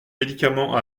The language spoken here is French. médicaments